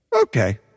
Okay